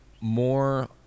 more